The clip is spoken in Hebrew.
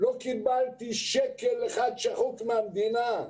לא קיבלתי שקל אחד שחוק מהמדינה.